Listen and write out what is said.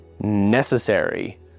necessary